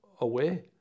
away